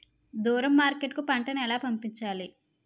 దూరం మార్కెట్ కు పంట ను ఎలా పంపించాలి?